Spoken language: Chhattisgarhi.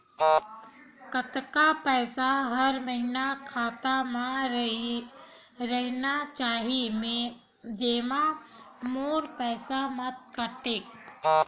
कतका पईसा हर महीना खाता मा रहिना चाही जेमा मोर पईसा मत काटे?